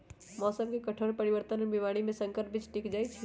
मौसम के कठोर परिवर्तन और बीमारी में संकर बीज टिक जाई छई